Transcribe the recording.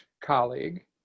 colleague